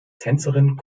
tänzerin